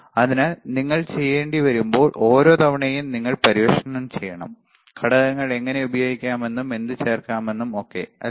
അതിനാൽ നിങ്ങൾ ചെയ്യേണ്ടിവരുമ്പോൾ ഓരോ തവണയും നിങ്ങൾ പര്യവേക്ഷണം ചെയ്യണം ഘടകങ്ങൾ എങ്ങനെ ഉപയോഗിക്കണമെന്നും എന്ത് ചേർക്കണമെന്നും ഒക്കെ അല്ലേ